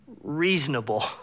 reasonable